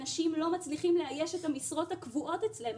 אנשים לא מצליחים לאייש את המשרות הקבועות אצלם,